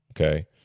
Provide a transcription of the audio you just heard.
okay